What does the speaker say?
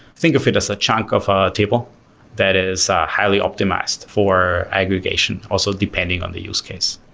think of it as a chunk of a table that is highly optimized for aggregation, also depending on the use case.